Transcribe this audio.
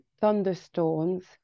thunderstorms